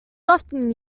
often